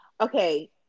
Okay